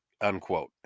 unquote